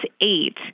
eight